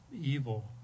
evil